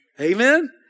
Amen